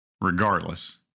regardless